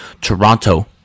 Toronto